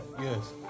Yes